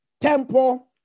temple